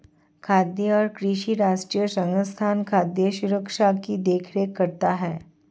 खाद्य और कृषि राष्ट्रीय संस्थान खाद्य सुरक्षा की देख रेख करता है